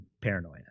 paranoia